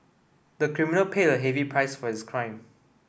the criminal paid a heavy price for his crime